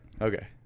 Okay